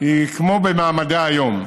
היא כמו במעמדה היום,